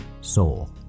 Soul